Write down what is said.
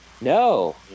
No